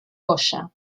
goya